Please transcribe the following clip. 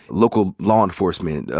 local law enforcement,